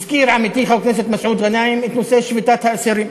הזכיר עמיתי חבר הכנסת מסעוד גנאים את נושא שביתת האסירים.